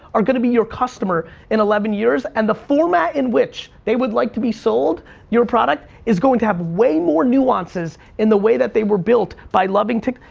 are gonna be your customer in eleven years, and the format in which they would like to be sold your product, is going to have way more nuances, in the way that they were built, by loving tik,